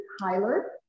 Tyler